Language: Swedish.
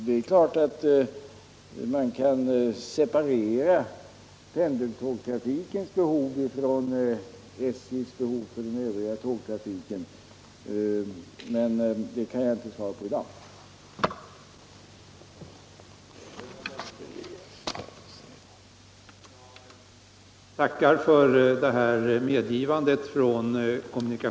Det är klart att man kan separera pendeltågstrafikens behov från SJ:s behov för den övriga trafiken, men på den punkten kan jag inte ge något närmare svar i dag.